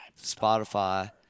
Spotify